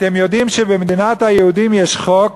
אתם יודעים שבמדינת היהודים יש חוק,